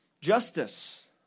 justice